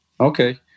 Okay